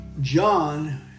John